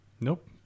Nope